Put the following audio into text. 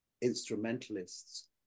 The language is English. instrumentalists